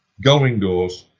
gullwing doors,